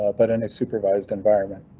ah but in a supervised environment.